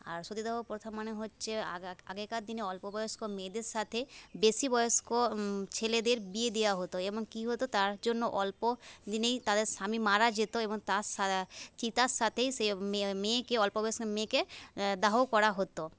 আর সতীদাহ প্রথা মানে হচ্ছে আগেকার দিনে অল্প বয়স্ক মেয়েদের সাথে বেশি বয়স্ক ছেলেদের বিয়ে দেওয়া হত এবং কি হত তার জন্য অল্প দিনেই তাদের স্বামী মারা যেত এবং তার চিতার সাথেই মেয়ে মেয়েকে অল্প বয়সের মেয়েকে দাহ করা হত